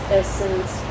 essence